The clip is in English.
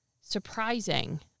surprising